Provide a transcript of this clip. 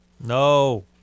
No